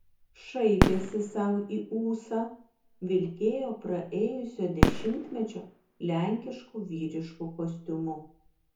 šaipėsi sau į ūsą vilkėjo praėjusio dešimtmečio lenkišku vyrišku kostiumu